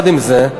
עם זה,